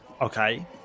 okay